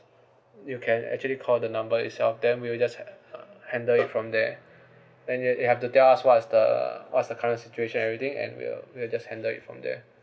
you can actually call the number itself then we'll just uh handle it from there and and you have to tell us what is the what is the current situation everything and we'll we'll just handle it from there